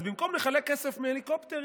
אז במקום לחלק כסף מהליקופטרים,